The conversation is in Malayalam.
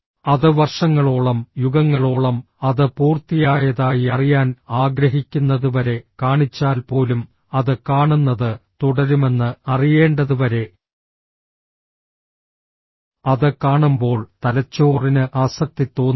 അത് വർഷങ്ങളോളം യുഗങ്ങളോളം അത് പൂർത്തിയായതായി അറിയാൻ ആഗ്രഹിക്കുന്നതുവരെ കാണിച്ചാൽ പോലും അത് കാണുന്നത് തുടരുമെന്ന് അറിയേണ്ടതുവരെ അത് കാണുമ്പോൾ തലച്ചോറിന് ആസക്തി തോന്നുന്നു